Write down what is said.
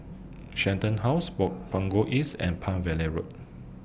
Shenton House Ball Punggol East and Palm Valley Road